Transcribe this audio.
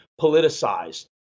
politicized